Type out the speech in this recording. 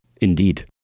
Indeed